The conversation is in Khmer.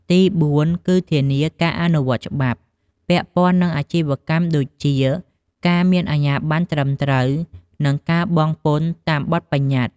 ទីបួន គឺ ធានាការអនុវត្តច្បាប់ ពាក់ព័ន្ធនឹងអាជីវកម្មដូចជាការមានអាជ្ញាប័ណ្ណត្រឹមត្រូវ និងការបង់ពន្ធតាមបទប្បញ្ញត្តិ។